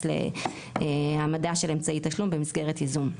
של העמדה של אמצעי תשלום במסגרת ייזום.